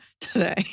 today